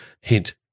Hint